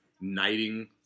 knighting